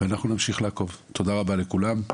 תודה רבה לכולם,